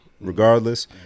regardless